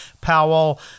Powell